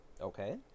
Okay